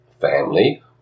family